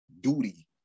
duty